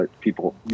people